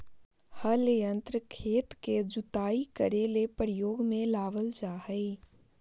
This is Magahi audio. हल यंत्र खेत के जुताई करे ले प्रयोग में लाबल जा हइ